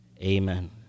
amen